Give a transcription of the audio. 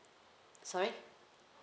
sorry